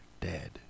dead